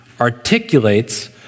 articulates